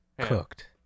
cooked